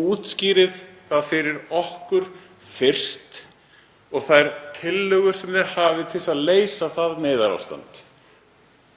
Útskýrið það fyrir okkur fyrst og þær tillögur sem þið hafið til að leysa það neyðarástand